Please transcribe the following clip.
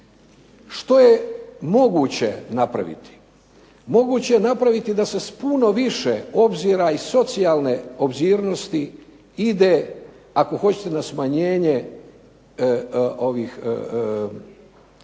Što je moguće napraviti? Moguće je napraviti da se s puno više obzira i socijalne obzirnosti ide ako hoćete na povećanje